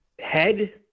head